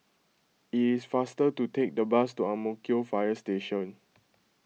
it is faster to take the bus to Ang Mo Kio Fire Station